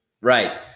Right